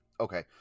Okay